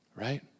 Right